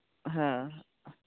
ᱦᱮᱸ